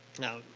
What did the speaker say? Now